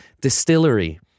distillery